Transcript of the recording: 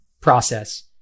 process